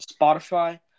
Spotify